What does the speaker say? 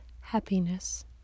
happiness